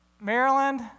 Maryland